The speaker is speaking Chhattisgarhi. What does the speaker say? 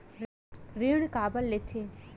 ऋण काबर लेथे?